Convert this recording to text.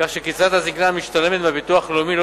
כך שקצבת הזיקנה המשתלמת מהביטוח הלאומי לא